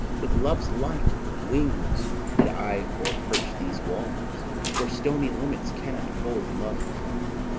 with love's light wings did i o'erperch these walls for stony limits cannot hold love out,